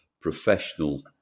professional